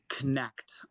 Connect